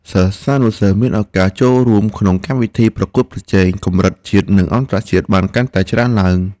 សិស្សានុសិស្សមានឱកាសចូលរួមក្នុងកម្មវិធីប្រកួតប្រជែងកម្រិតជាតិនិងអន្តរជាតិបានកាន់តែច្រើនឡើង។